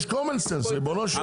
יש קומנסנס, ריבונו של עולם.